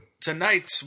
Tonight